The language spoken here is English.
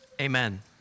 amen